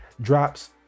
drops